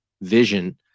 vision